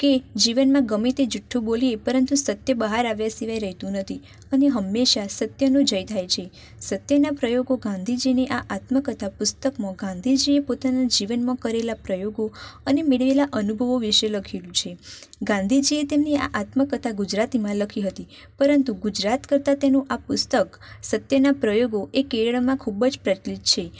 કે જીવનમાં ગમે તે જૂઠ્ઠું બોલીએ પરંતુ સત્ય બહાર આવ્યા સિવાય રહેતું નથી અને હંમેશા સત્યનો જય થાય છે સત્યના પ્રયોગો ગાંધીજીની આ આત્મકથા પુસ્તકમાં ગાંધીજીએ પોતાના જીવનમાં કરેલા પ્રયોગો અને મેળવેલા અનુભવો વિશે લખેલું છે ગાંધીજીએ તેમની આ આત્મકથા ગુજરાતીમાં લખી હતી પરંતુ ગુજરાત કરતાં તેનું આ પુસ્તક સત્યના પ્રયોગો એ કેરળમાં ખૃૂબ જ પ્રચલિત છે